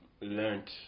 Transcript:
learned